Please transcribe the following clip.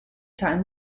time